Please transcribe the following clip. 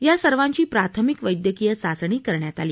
या सर्वांची प्राथमिक वैद्यकीय चाचणी करण्यात आली